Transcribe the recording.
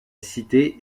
cité